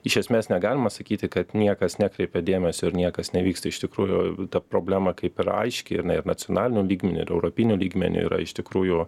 iš esmės negalima sakyti kad niekas nekreipia dėmesio ir niekas nevyksta iš tikrųjų ta problema kaip ir aiški jinai ir nacionaliniu lygmeniu ir europiniu lygmeniu yra iš tikrųjų